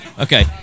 Okay